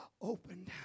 opened